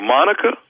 Monica